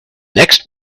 next